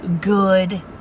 good